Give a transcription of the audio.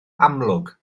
amlwg